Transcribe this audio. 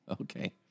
Okay